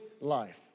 life